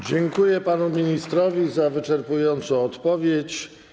Dziękuję panu ministrowi za wyczerpującą odpowiedź.